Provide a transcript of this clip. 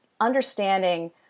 understanding